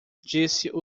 disse